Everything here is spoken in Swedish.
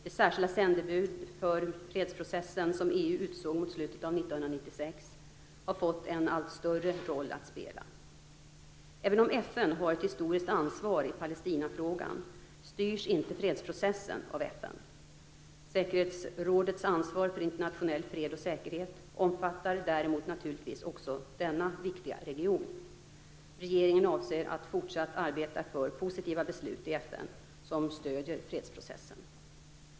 Det särskilda sändebud för fredsprocessen, som EU utsåg mot slutet av 1996, har fått en allt större roll att spela. Även om FN har ett historiskt ansvar i Palestinafrågan styrs inte fredsprocessen av FN. Säkerhetsrådets ansvar för internationell fred och säkerhet omfattar däremot naturligtvis också denna viktiga region. Regeringen avser att fortsatt arbeta för positiva beslut i FN som stöder fredsprocessen. Fru talman!